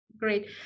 Great